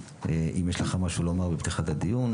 אם יש לך משהו לומר בפתיחת הדיון.